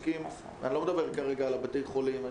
אני לא מדבר כרגע על בתי החולים,